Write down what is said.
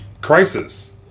Crisis